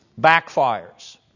backfires